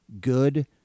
good